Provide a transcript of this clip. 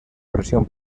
presión